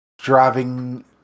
driving